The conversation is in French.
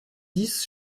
dix